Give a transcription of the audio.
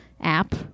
app